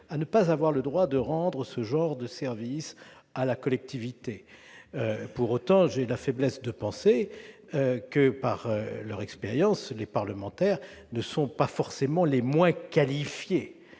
à ne pas avoir le droit de rendre ce genre de services à la collectivité. Pour autant, j'ai la faiblesse de penser que, en raison de notre expérience, nous ne sommes pas forcément les moins qualifiés.